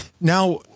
Now